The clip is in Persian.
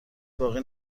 باقی